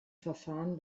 verfahren